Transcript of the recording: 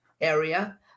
area